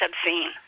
obscene